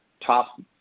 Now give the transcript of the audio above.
top